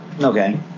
Okay